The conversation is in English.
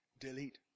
Delete